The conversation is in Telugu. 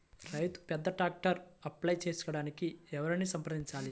రైతు పెద్ద ట్రాక్టర్కు అప్లై చేయడానికి ఎవరిని సంప్రదించాలి?